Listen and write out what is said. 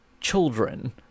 children